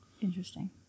Interesting